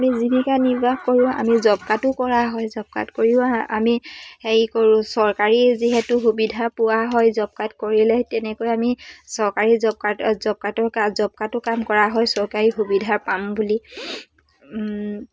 আমি জীৱিকা নিৰ্বাহ কৰোঁ আমি জব কাৰ্ডটো কৰা হয় জব কাৰ্ড কৰিও আমি হেৰি কৰোঁ চৰকাৰী যিহেতু সুবিধা পোৱা হয় জব কাৰ্ড কৰিলে তেনেকৈ আমি চৰকাৰী জব কাৰ্ডৰ জব কাৰ্ডৰ জব কাৰ্ডটো কাম কৰা হয় চৰকাৰী সুবিধা পাম বুলি